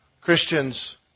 Christians